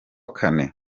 kane